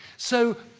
so,